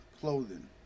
clothing